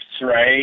right